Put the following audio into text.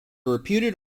reputed